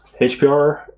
HPR